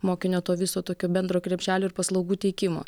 mokinio to viso tokio bendro krepšelio ir paslaugų teikimo